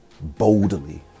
boldly